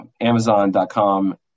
Amazon.com